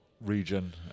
region